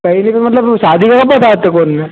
सहेली के मतलब उ शादी बला बताए थे बोलने